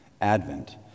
advent